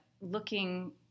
looking